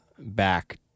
back